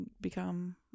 become